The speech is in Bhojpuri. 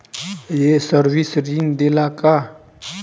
ये सर्विस ऋण देला का?